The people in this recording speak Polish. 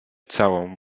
całą